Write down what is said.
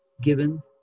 given